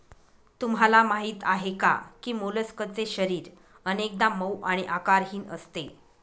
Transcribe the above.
तुम्हाला माहीत आहे का की मोलस्कचे शरीर अनेकदा मऊ आणि आकारहीन असते